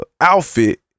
outfit